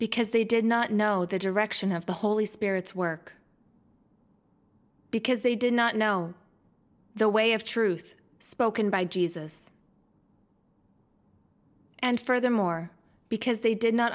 because they did not know the direction of the holy spirit's work because they did not know the way of truth spoken by jesus and furthermore because they did not